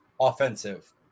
offensive